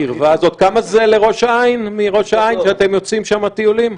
כמה זה מראש העין כשאתם יוצאים שם לטיולים?